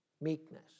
meekness